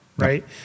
Right